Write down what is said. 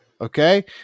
Okay